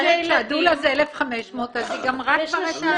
אם את אומרת שהדולה זה 1,500 אז היא גמרה כבר.